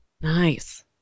nice